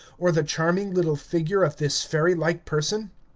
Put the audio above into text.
or the charming little figure of this fairy-like person?